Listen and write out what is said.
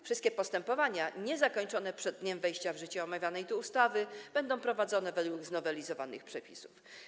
Wszystkie postępowania niezakończone przed dniem wejścia w życie omawianej tu ustawy będą prowadzone według znowelizowanych przepisów.